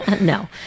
No